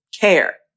care